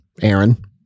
Aaron